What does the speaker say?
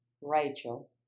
Rachel